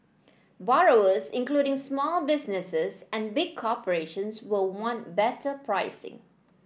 borrowers including small businesses and big corporations will want better pricing